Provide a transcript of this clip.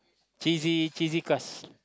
cheesy cheesy crust